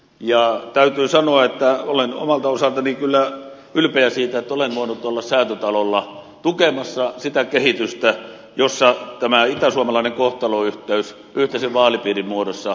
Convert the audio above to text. ja täytyy sanoa että olen omalta osaltani kyllä ylpeä siitä että olen voinut olla säätytalolla tukemassa sitä kehitystä jossa tämä itäsuomalainen kohtalonyhteys yhteisen vaalipiirin muodossa myöskin etenee